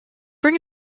bring